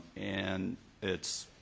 and it's